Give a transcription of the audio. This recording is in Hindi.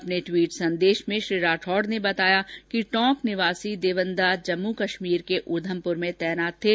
अपने ट्वीट संदेश में श्री राठौड़ ने बताया कि टोंक निवासी देवन्दा जम्मु कश्मीर के उधमपुर में तैनात थे